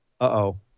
Uh-oh